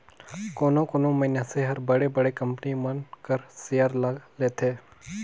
कोनो कोनो मइनसे हर बड़े बड़े कंपनी मन कर सेयर ल लेथे